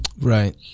Right